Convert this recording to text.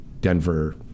Denver